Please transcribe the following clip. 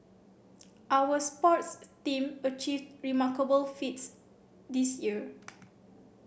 our sports team achieved remarkable feats this year